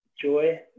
joy